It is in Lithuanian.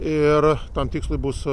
ir tam tikslui bus